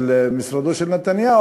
של משרדו של נתניהו,